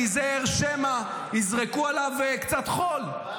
-- יזרקו עליו קצת חול.